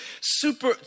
super